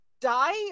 die